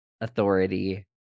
authority